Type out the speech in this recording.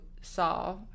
saw